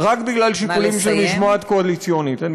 רק בגלל שיקולים של משמעת קואליציונית.